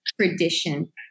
tradition